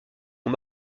ont